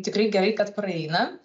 tikrai gerai kad praeina